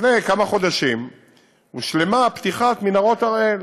לפני כמה חודשים הושלמה פתיחת מנהרות הראל.